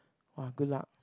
!wah! good luck